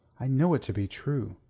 i know it to be true.